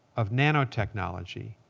of nanotechnology,